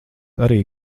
arī